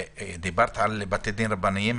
דיברת על בתי דין רבניים.